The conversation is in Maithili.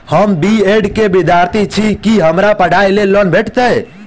हम बी ऐड केँ विद्यार्थी छी, की हमरा पढ़ाई लेल लोन भेटतय?